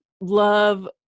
love